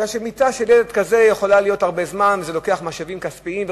כי זה לוקח הרבה זמן וזה לוקח משאבים כספיים.